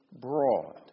broad